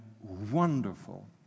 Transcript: wonderful